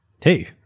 hey